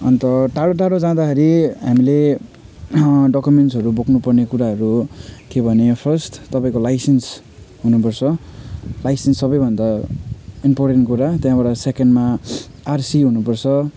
अन्त टाडो टाडो जाँदाखेरि हामीले डकुमेन्टहरू बोक्नु पर्ने कुराहरू के भने फर्स्ट तपाईँको लाइसेन्स हुनु पर्छ लाइसेन्स सबै भन्दा इम्पोर्टेन्ट कुरा त्यहाँबाट सेकेन्डमा आरसी हुनु पर्छ